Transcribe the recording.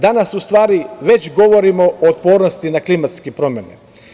Danas u stvari već govorimo o otpornosti na klimatske promene.